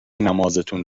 نمازتون